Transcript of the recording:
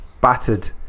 battered